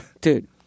Dude